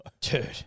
Dude